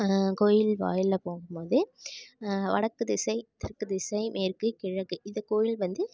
கோயில் வாயிலில் போகும்போது வடக்கு திசை தெற்கு திசை மேற்கு கிழக்கு இதை கோயில் வந்து